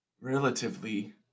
relatively